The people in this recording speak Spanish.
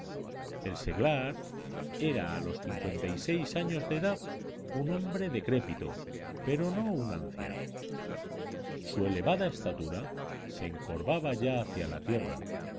el seglar era a los cincuenta y seis años de edad un hombre decrépito pero no un anciano su elevada estatura se encorvaba ya hacia la tierra